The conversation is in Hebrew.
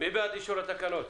מי בעד אישור התקנות?